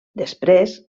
després